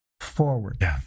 forward